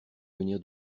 venir